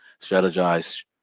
strategize